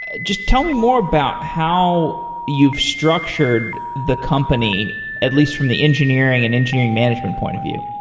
ah just tell me more about how you've structured the company at least from the engineering and engineering management point of view.